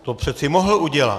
To přece mohl udělat.